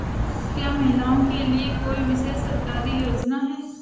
क्या महिलाओं के लिए कोई विशेष सरकारी योजना है?